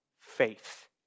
faith